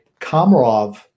Komarov